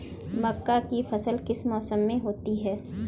मक्का की फसल किस मौसम में होती है?